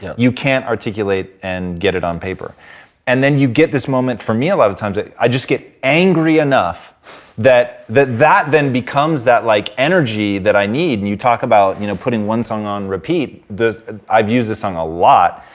yeah you can't articulate and get it on paper and then you get this moment. for me a lot of times i just get angry enough that that that then becomes that like energy that i need and you talk about you know putting one song on repeat. i've used this song a lot,